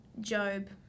Job